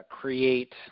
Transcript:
create